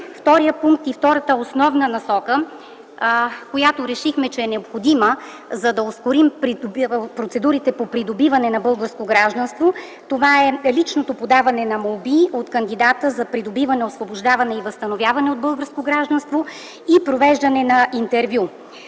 отнемам време. Втората основна насока, която решихме, че е необходима за да ускорим процедурите по придобиване на българско гражданство, е личното подаване на молби от кандидата за придобиване, освобождаване и възстановяване на българско гражданство и провеждане на интервю.